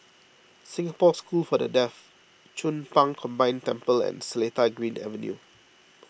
Singapore School for the Deaf Chong Pang Combined Temple and Seletar Green Avenue